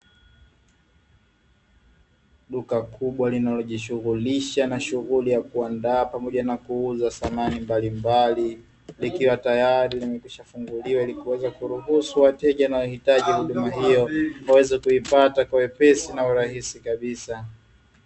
Duka kubwa linalojishughulisha na shughuli ya kuandaa pamoja na kuuza samani mbalimbali, likiwa tayari limekwisha funguliwa ili kuweza kuruhusu wateja wanaohitaji huduma hiyo waweze kuipata kwa wepesi na urahisi kabisa.